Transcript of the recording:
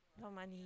how many